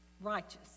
righteous